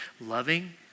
loving